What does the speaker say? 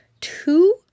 two